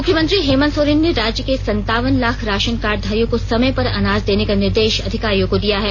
मुख्यमंत्री हेमंत सोरेन ने राज्य के संतावन लाख राशन कार्ड धारियों को समय पर अनाज देने का निर्देश अधिकारियों को दिया है